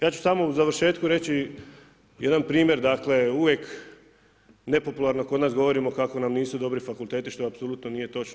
Ja ću samo u završetku reći jedan primjer, uvijek nepopularno kod nas govorimo kako nam nisu dobri fakulteti što apsolutno nije točno.